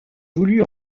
voulu